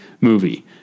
movie